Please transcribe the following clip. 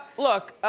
look,